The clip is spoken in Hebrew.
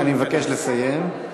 אני מבקש לסיים.